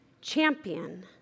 champion